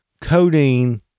Codeine